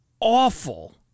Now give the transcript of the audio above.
awful